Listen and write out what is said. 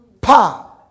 Pa